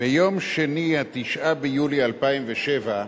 ביום שני, 9 ביולי 2007,